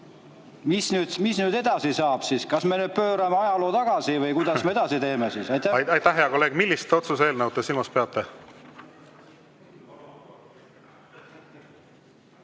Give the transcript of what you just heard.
Mis nüüd edasi saab siis? Kas me pöörame ajaloo tagasi või kuidas me edasi teeme? Aitäh, hea kolleeg! Millist otsuse eelnõu te silmas peate?